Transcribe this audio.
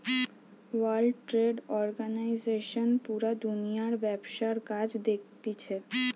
world Trade Organization পুরা দুনিয়ার ব্যবসার কাজ দেখতিছে